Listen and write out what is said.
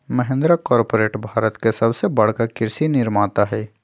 Mahindra corporate Bharat के सबसे बड़का कृषि निर्माता हई